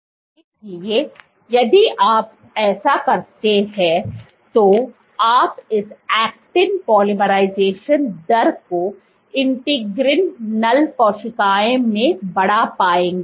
इसलिए यदि आप ऐसा करते हैं तो आप इस एक्टिन पोलीमराइज़ेशन दर को इंटीग्रिन नल कोशिकाओं में बढ़ा पाएंगे